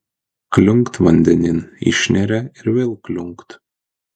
kliunkt vandenin išneria ir vėl kliunkt